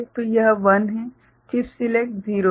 तो यह 1 है चिप सिलेक्ट 0 है